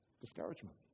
Discouragement